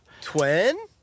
Twin